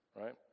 right